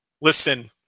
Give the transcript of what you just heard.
Listen